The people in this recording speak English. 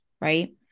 right